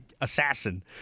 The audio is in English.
assassin